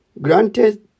Granted